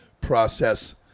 process